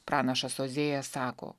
pranašas ozėjas sako